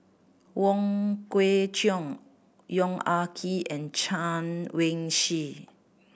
Wong Kwei Cheong Yong Ah Kee and Chen Wen Hsi